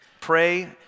Pray